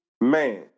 Man